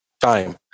time